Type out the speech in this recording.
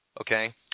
okay